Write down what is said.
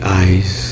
eyes